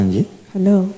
Hello